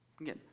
again